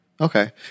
Okay